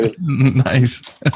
Nice